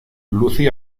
lucy